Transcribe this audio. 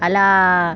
ala~